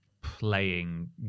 playing